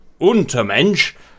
Untermensch